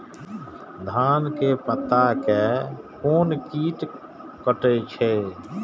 धान के पत्ता के कोन कीट कटे छे?